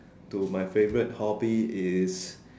to my favourite hobby is